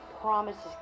promises